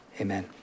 amen